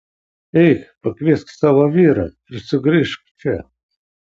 eik pakviesk savo vyrą ir sugrįžk čia